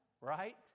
right